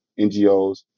NGOs